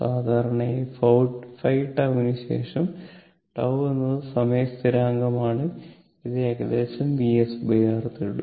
സാധാരണയായി 5 τ ന് ശേഷം τ എന്നത് സ്ഥിരാങ്കമാണ് ഇത് ഏകദേശം VsR നേടും